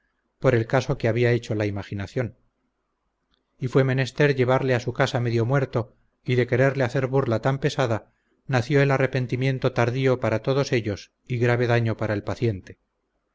por el caso que había hecho la imaginación y fue menester llevarle a su casa medio muerto y de quererle hacer burla tan pesada nació el arrepentimiento tardío para todos ellos y grave daño para el paciente